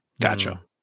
Gotcha